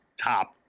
top